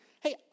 hey